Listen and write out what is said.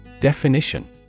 Definition